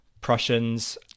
Prussians